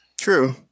True